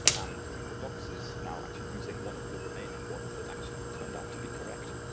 and google docs is now actually using one of the remaining ones that actually turned up to be correct.